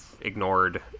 ignored—